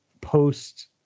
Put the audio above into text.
post